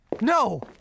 No